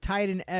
Titan